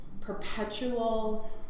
perpetual